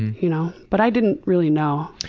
you know but i didn't really know.